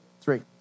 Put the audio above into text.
three